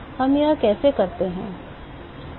हम यह कैसे करते हैं